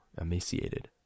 emaciated